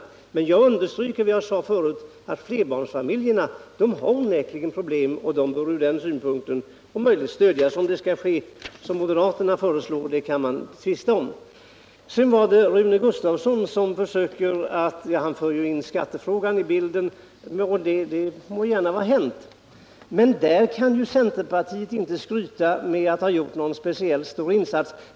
Jag understryker dock vad jag sade förut, nämligen att flerbarnsfamiljerna onekligen har problem och om möjligt bör stödjas. Man kan tvista om huruvida det skall ske på det sätt som moderaterna föreslår. Sedan vill jag bemöta Rune Gustavsson. Han förde in skattefrågan i bilden, och det må vara hänt, men där kan inte centerpartiet skryta med att ha gjort någon speciellt stor insats.